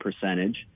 percentage